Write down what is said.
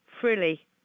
frilly